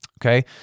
okay